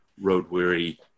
road-weary